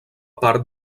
part